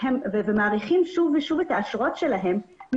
ומעריכים שוב ושוב את האשרות שלהם,